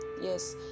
Yes